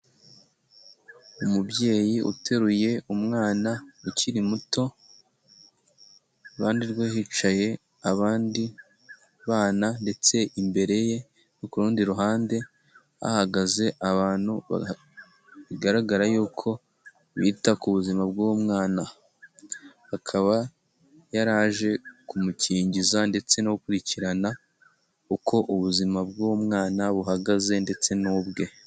Umubyeyi uteruye umwana ukiri muto, iruhande rwe hicaye abandi bana, ndetse imbere ye ku rundi ruhande hagaze abantu bigaragara yuko bita ku buzima bw'umwana, akaba yaraje kumukingiza ndetse no gukurikirana uko ubuzima bw'umwana buhagaze ndetse n'ubwe.